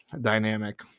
dynamic